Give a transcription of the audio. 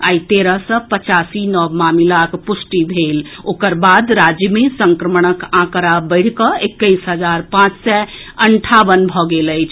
आई तेरह सय पचासी नव मामिलाक पुष्टि भेल ओकर बाद राज्य मे संक्रमणक आंकड़ा बढ़िकऽ एक्कैस हजार पांच सय अंठावन भऽ गेल अछि